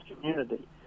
community